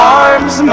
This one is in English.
arms